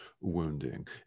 wounding